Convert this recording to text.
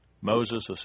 Moses